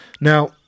Now